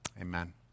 amen